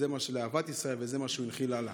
לאהבת ישראל, וזה מה שהוא הנחיל הלאה.